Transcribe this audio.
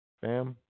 fam